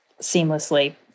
seamlessly